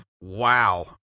Wow